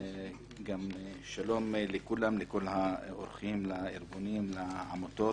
שלום לכולם, לכל האורחים, לארגונים, לעמותות.